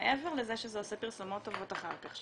מעבר לזה שזה עושה פרסומות טובות אחר כך,